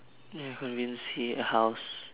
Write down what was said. ya conveniency and house